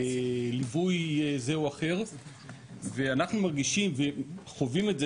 ליווי זה או אחר ואנחנו מרגישים וחווים את זה